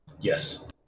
Yes